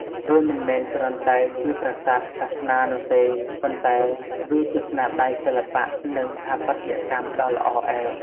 វាមិនមែនគ្រាន់តែជាប្រាសាទសាសនានោះទេ ប៉ុន្តែវាជាស្នាដៃសិល្បៈ និងស្ថាបត្យកម្មដ៏ល្អឯក។